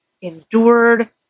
endured